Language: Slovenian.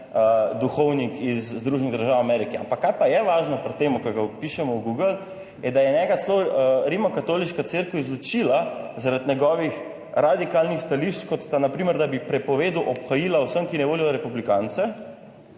iz Združenih držav Amerike. Ampak kaj pa je važno pri tem, ko ga vpišemo v Google, je, da je njega celo rimokatoliška cerkev izločila zaradi njegovih radikalnih stališč, kot sta na primer, da bi prepovedal obhajila vsem, ki ne volijo republikance,